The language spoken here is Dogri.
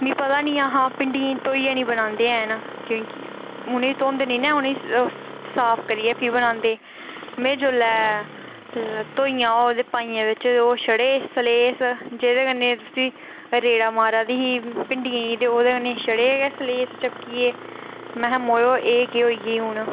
मिगी पता निं हा कि भिंडियें गी धोइयै निं बनांदे हैन उ'नेंगी धोंदे निं हैन उनेंगी साफ करियै फ्ही बनांदे में जेल्लै धोइयां ओह् ते पाइयां बिच ते छड़े सलेस जेह्दे कन्नै उसी रेड़ा मारा दी ही भिंडियें गी ते ओह्दे कन्नै छड़े गै सलेस चपकी गे महां मोयो एह् केह् होई गेआ हून